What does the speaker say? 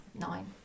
Nine